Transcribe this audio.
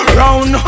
round